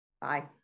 Bye